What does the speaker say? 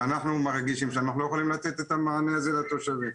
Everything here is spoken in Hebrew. ואנחנו מרגישים שאנחנו לא יכולים לתת את המענה הזה לתושבים.